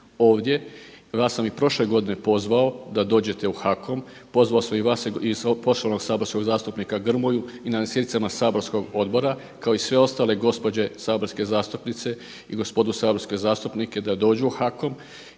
ovdje. I vas sam i prošle godine pozvao da dođete u HAKOM, pozvao sam i vas i poštovanog saborskog zastupnika Grmoju i na sjednicama saborskog odbora kao i sve ostale gospođe saborske zastupnice i gospodu saborske zastupnike da dođu u HAKOM